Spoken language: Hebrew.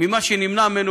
ממה שנמנע ממנו